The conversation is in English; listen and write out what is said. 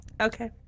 Okay